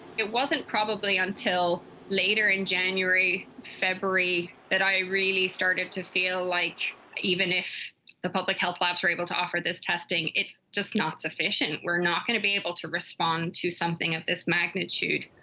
it wasn't probably until later in january, february, that i really started to feel like even if the public health labs were able to offer this testing, it's just not sufficient. we're not gonna be able to respond to something of this magnitude.